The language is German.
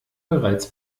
bereits